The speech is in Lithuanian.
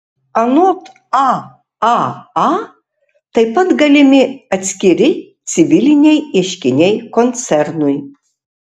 anot aaa taip pat galimi atskiri civiliniai ieškiniai koncernui